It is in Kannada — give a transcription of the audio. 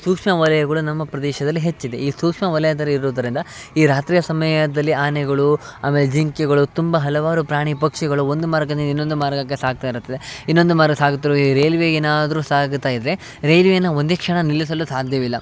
ಸೂಕ್ಷ್ಮ ವಲಯಗಳು ನಮ್ಮ ಪ್ರದೇಶದಲ್ಲಿ ಹೆಚ್ಚಿದೆ ಈ ಸೂಕ್ಷ್ಮ ವಲಯದರ ಇರುವುದರಿಂದ ಈ ರಾತ್ರಿಯ ಸಮಯದಲ್ಲಿ ಆನೆಗಳು ಆಮೇಲೆ ಜಿಂಕೆಗಳು ತುಂಬ ಹಲವಾರು ಪ್ರಾಣಿ ಪಕ್ಷಿಗಳು ಒಂದು ಮರದಿಂದ ಇನ್ನೊಂದು ಮರಕ್ಕೆ ಸಾಗ್ತಾ ಇರತ್ತದೆ ಇನ್ನೊಂದು ಮರ ಸಾಗುತ್ತಿರುವ ಈ ರೈಲ್ವೆ ಏನಾದರೂ ಸಾಗುತಾ ಇದ್ದರೆ ರೈಲ್ವೇನ ಒಂದೇ ಕ್ಷಣ ನಿಲ್ಲಿಸಲು ಸಾಧ್ಯವಿಲ್ಲ